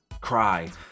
cry